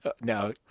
No